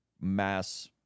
mass